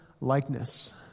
likeness